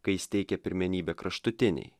kai jis teikė pirmenybę kraštutinei